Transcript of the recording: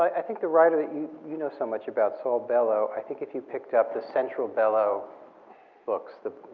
i think the writer that you you know so much about, saul bellow, i think if you picked up the central bellow books, the